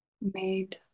made